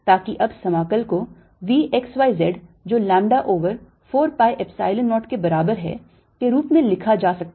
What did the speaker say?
ताकि अब समाकल को V x y z जो lambda over 4 pi Epsilon 0 के बराबर है के रूप में लिखा जा सकता है